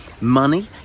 Money